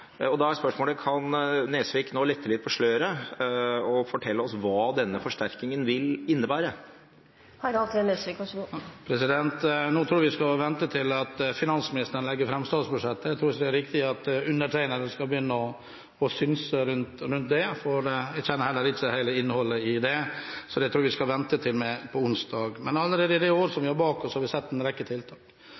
klimaforliket. Da er spørsmålet: Kan Nesvik nå lette litt på sløret og fortelle oss hva denne forsterkningen vil innebære? Nå tror jeg vi skal vente til finansministeren legger fram statsbudsjettet. Jeg tror ikke det er riktig at undertegnede skal begynne å synse rundt det, for jeg kjenner heller ikke hele innholdet i det, så det tror jeg vi skal vente med til onsdag. Men allerede i det året vi har bak oss, har vi sett en rekke tiltak.